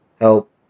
help